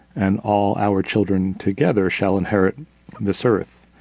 and all our children together shall inherit this earth.